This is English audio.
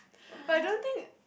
but I don't think